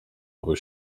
aby